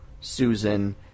Susan